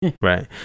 Right